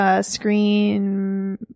Screen